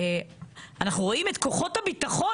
אנחנו רואים את כוחות הביטחון,